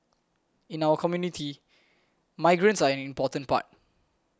in our community migrants are an important part